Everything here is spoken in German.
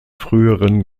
früheren